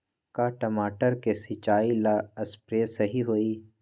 का टमाटर के सिचाई ला सप्रे सही होई?